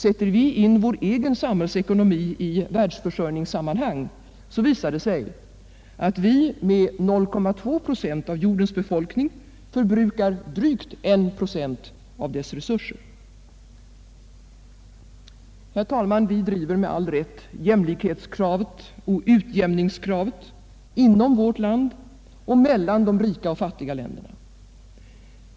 Sätter vi in vår egen samhällsekonomi i världsförsörjningssammanhang visar det sig att vi, med 0,2 procent av jordens befolkning, förbrukar drygt 1 procent av dess resurser. Herr talman! Vi driver, med all rätt, jämlikhetskravet och utjämningskravet inom vårt land och mellan de rika och fattiga länderna.